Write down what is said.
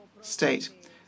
state